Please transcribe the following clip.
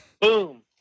Boom